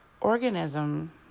organism